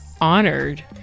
honored